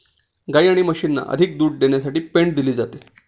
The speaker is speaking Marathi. गायी आणि म्हशींना अधिक दूध देण्यासाठी पेंड दिली जाते